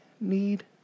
need